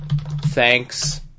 Thanks